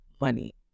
money